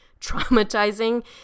traumatizing